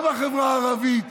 גם החברה הערבית,